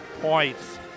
points